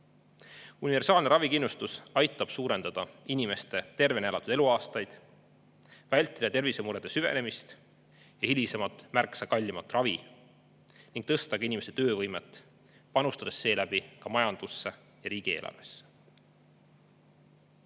Universaalne ravikindlustus aitab suurendada inimeste tervena elatud eluaastate [arvu], vältida tervisemurede süvenemist, hilisemat märksa kallimat ravi ning tõsta inimeste töövõimet, panustades seeläbi ka majandusse ja riigieelarvesse.